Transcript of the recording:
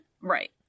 Right